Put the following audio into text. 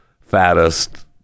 fattest